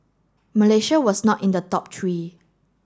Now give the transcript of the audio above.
Malaysia was not in the top three